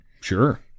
Sure